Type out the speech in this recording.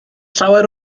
llawer